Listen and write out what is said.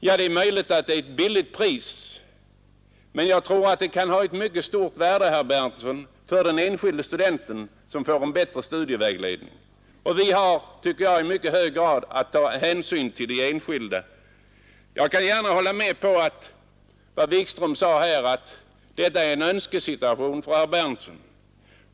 Ja, det är möjligt att det är billigt, men jag tror, herr Berndtson, att det kan ha ett stort värde för den enskilde studenten som får en bättre studievägledning. Vi har att i hög grad ta hänsyn till de enskilda. Jag kan gärna hålla med herr Wikström om att detta är en önskesituation för herr Berndtson.